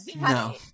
No